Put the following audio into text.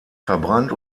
verbrannt